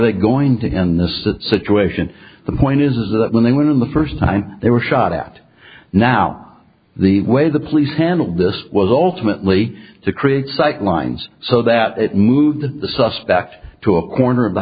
they going to end this situation the point is that when they went in the first time they were shot at now the way the police handled this was alternately to create sight lines so that it moved the suspect to a corner of the